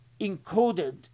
encoded